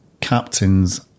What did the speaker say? captains